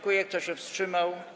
Kto się wstrzymał?